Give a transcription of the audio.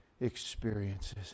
experiences